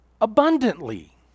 abundantly